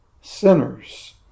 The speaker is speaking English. Sinners